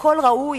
הכול ראוי,